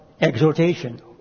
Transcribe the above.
exhortation